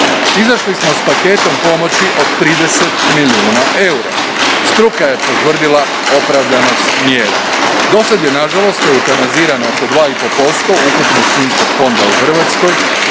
Izišli smo s paketom pomoći od 30 milijuna eura. Struka je potvrdila opravdanost mjera. Dosad je nažalost eutanazirano oko 2,5% ukupnog svinjskog fonda u Hrvatskoj,